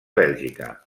bèlgica